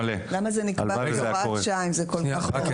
למה זה נקבע כהוראת שעה אם זה כל כך ---?